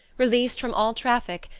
released from all traffic,